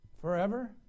forever